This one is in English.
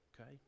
okay